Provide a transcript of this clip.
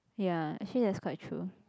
ya actually that's quite true